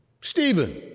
Stephen